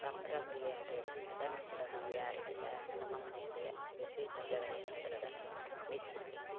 ಸಂಬ್ರಬಳ್ಳಿ ಅಂತ ಇದೆ ಅದನ್ನು ಕೂಡ ನಾವು ಯಾರಿಗೆ ಯಾ ನಮ್ಮ ಮನೆಯಲ್ಲಿ ಯಾ ಈಗ ಶೀತ ಜ್ವರ ಏನಾದರೂ ಅದನ್ನು ಬಿಸಿ ಮಾಡಿ